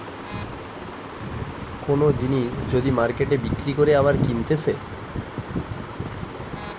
কোন জিনিস যদি মার্কেটে বিক্রি করে আবার কিনতেছে